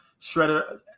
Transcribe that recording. shredder